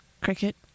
Cricket